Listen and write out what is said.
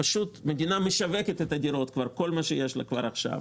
המדינה פשוט משווקת את הדירות ואת כל מה שיש לה כבר עכשיו.